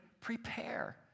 prepare